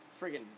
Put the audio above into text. friggin